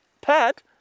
Pat